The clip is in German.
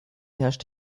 herrscht